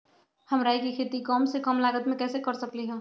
हम राई के खेती कम से कम लागत में कैसे कर सकली ह?